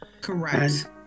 Correct